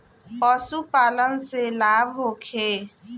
पशु पालन से लाभ होखे?